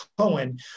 Cohen